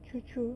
true true